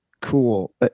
cool